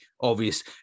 obvious